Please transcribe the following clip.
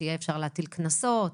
שיהיה אפשר להטיל קנסות.